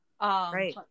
Right